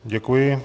Děkuji.